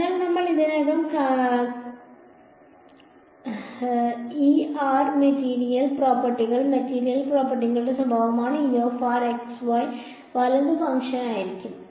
അതിനാൽ നമ്മൾ ഇതിനകം കണ് മെറ്റീരിയൽ പ്രോപ്പർട്ടികൾ മെറ്റീരിയൽ പ്രോപ്പർട്ടികളുടെ സ്വഭാവമാണ് x y വലത് ഫംഗ്ഷൻ ആയിരിക്കും